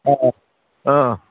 ꯑꯥ ꯑꯥ